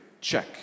Check